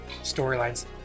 Storylines